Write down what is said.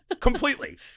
completely